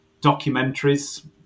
documentaries